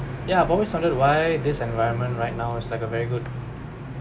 yeah I've always wondered why this environment right now is like a very good